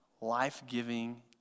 life-giving